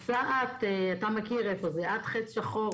נוסעת אתה מכיר איפה זה עד חץ שחור,